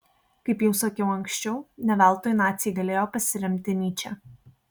kaip jau sakiau anksčiau ne veltui naciai galėjo pasiremti nyče